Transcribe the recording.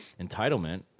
entitlement